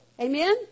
Amen